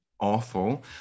awful